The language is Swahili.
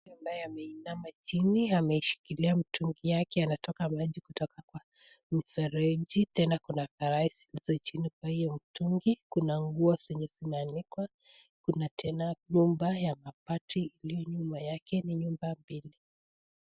Ambaye ameinama chini ameshikilia mtungi yake, anachota maji kutoka kwa mfereji. Tena kuna karai zilizo chini kwa hiyo mtungi. Kuna nguo zilizoanikwa, kuna tena nyumba ya mabati iliyo nyuma yake, ni nyumba mbili.